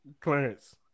Clarence